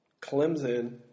Clemson